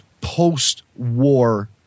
post-war